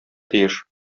тиеш